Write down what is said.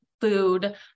food